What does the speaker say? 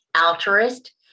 altruist